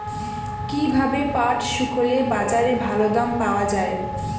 কীভাবে পাট শুকোলে বাজারে ভালো দাম পাওয়া য়ায়?